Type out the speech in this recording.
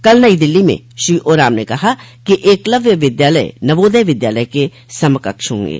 कल नई दिल्ली में श्री ओराम ने कहा कि एकलव्य विद्यालय नवोदय विद्यालय के समकक्ष होंगे